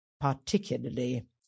particularly